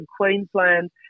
Queensland